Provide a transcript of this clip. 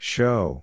Show